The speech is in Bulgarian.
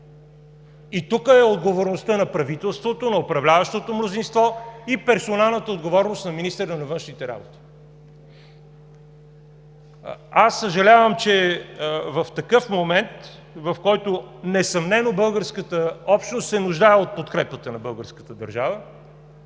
И тук е отговорността на правителството, на управляващото мнозинство и персоналната отговорност на министъра на външните работи. Съжалявам, че в такъв момент, в който несъмнено българската общност се нуждае от подкрепата на българската държава,